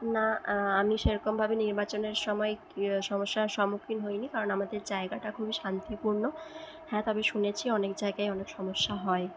না আমি সেরকমভাবে নির্বাচনের সময় সমস্যার সম্মুখীন হইনি কারণ আমাদের জায়গাটা খুবই শান্তিপূর্ণ হ্যাঁ তবে শুনেছি অনেক জায়গায় অনেক সমস্যা হয়